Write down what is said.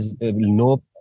no